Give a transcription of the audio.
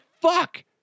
fuck